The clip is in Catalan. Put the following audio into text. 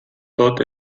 tot